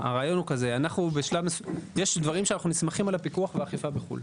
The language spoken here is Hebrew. הרעיון הוא כזה: יש דברים שאנחנו נסמכים על הפיקוח והאכיפה בחו"ל.